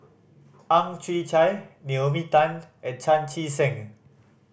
Ang Chwee Chai Naomi Tan and Chan Chee Seng